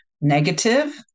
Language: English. negative